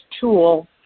tool